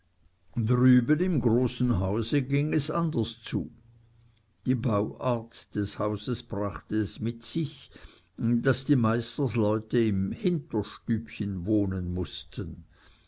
drüben im großen hause ging es anders zu die bauart des hauses brachte es mit sich daß die meisterleute im hinterstübchen wohnen mußten